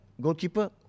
goalkeeper